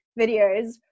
videos